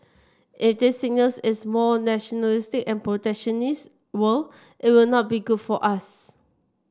if this signals is more nationalistic and protectionist world it will not be good for us